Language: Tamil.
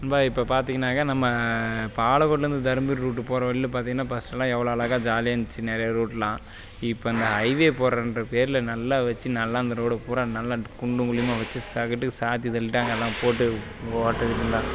நண்பா இப்போ பார்த்தீங்கன்னாங்க நம்ம பாலக்கோட்லேருந்து தருமபுரி ரூட்டு போகிற வழியில் பார்த்தீங்கன்னா பஸ்லாம் எவ்வளோ அழகா ஜாலியாக இருந்துச்சு நிறையா ரூட்லாம் இப்போ இந்த ஹைவே போட்கிறேன்ற பேரில் நல்லா வச்சு நல்லா இருந்த ரோடை பூராம் நல்லா குண்டும் குழியுமா வச்சு சாத்தி தள்ளிட்டாங்கள் எல்லாம் போட்டு ரோட்டை கீட்டலாம்